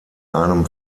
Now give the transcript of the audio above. einem